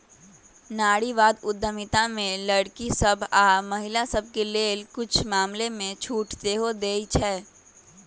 नारीवाद उद्यमिता में लइरकि सभ आऽ महिला सभके लेल कुछ मामलामें छूट सेहो देँइ छै